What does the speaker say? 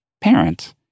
parent